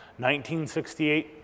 1968